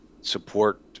support